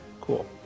cool